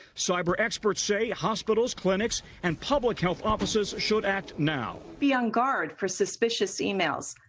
cyber experts say hospitals, clinics and public health offices should act now. be on guard for suspicious emails.